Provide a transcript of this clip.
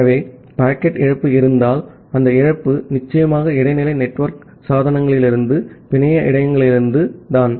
ஆகவே பாக்கெட் இழப்பு இருந்தால் அந்த இழப்பு நிச்சயமாக இடைநிலை நெட்வொர்க் சாதனங்களிலிருந்து பிணைய இடையகங்களிலிருந்து தான்